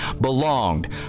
belonged